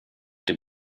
dem